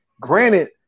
Granted